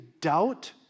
doubt